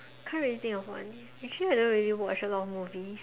can't really think of one actually I don't really watch a lot of movies